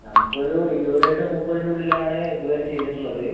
നമുക്ക് ഒരു ഇരുപതായിട്ട് മുപ്പതിൻ്റെ ഉള്ളിലാണ് ഇത് വരെ ചെയ്തിട്ട്ള്ളത്